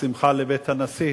כשבאת בשמחה לבית הנשיא,